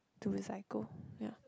to recycle ya